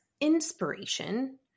inspiration